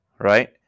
right